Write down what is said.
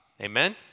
Amen